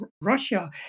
Russia